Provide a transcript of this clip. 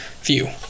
view